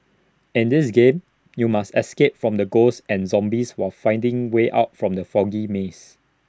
in this game you must escape from the ghosts and zombies while finding way out from the foggy maze